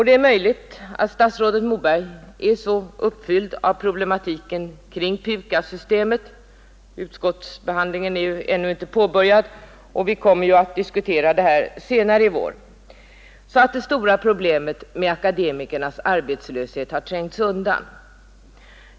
Det är möjligt att statsrådet Moberg är så uppfylld av problematiken kring PUKAS-systemet — utskottsbehandlingen är ju ännu inte påbörjad, och vi kommer att diskutera det här senare i år — så att det stora problemet med akademikernas arbetslöshet har trängts undan.